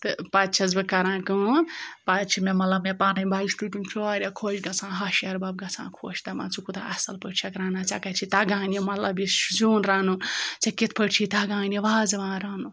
تہ پَتہٕ چھٮ۪س بہٕ کَران کٲم پَتہٕ چھِ مےٚ مطلب مےٚ پَنٕنۍ بَچہِ تہِ تِم چھِ واریاہ خۄش گژھان ہَش ہیٚہربَب گژھان خۄش دَپان ژٕ کوٗتاہ اَصٕل پٲٹھۍ چھَکھ رَنان ژےٚ کَتہِ چھِ تَگان یہِ مطلب یہِ سیُن رَنُن ژےٚ کِتھ پٲٹھۍ چھی تَگان وازوان رَنُن